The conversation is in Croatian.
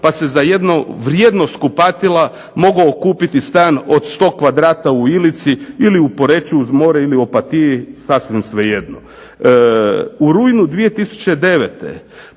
pa se za jednu vrijednost kupatila mogao kupiti stan od 100 kvadrata u Ilici, ili u Poreču uz more, ili u Opatiji, sasvim svejedno. U rujnu 2009.